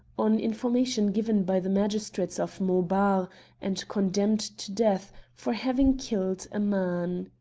on information given by the magistrates of montbar, and condemned to death, for having killed a man.